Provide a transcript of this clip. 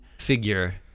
figure